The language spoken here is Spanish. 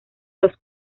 los